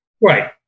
Right